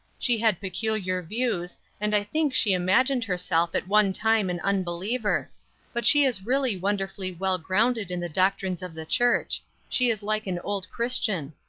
she had peculiar views, and i think she imagined herself at one time an unbeliever but she is really wonderfully well grounded in the doctrines of the church she is like an old christian.